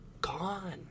gone